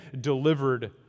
delivered